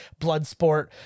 Bloodsport